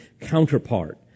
counterpart